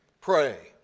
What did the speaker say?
Pray